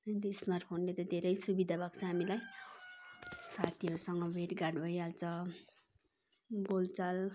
त्यो स्मार्ट फोनले त धेरै सुविधा भएको छ हामीलाई साथीहरूसँग भेटघाट भइहाल्छ बोलचाल